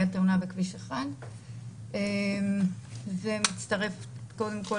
הייתה תאונה בכביש 1. אני מצטרפת קודם כל